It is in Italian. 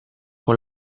con